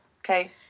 Okay